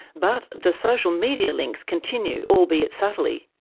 but the social media links continue, albeit subtly.